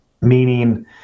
Meaning